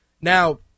Now